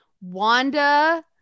Wanda